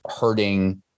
hurting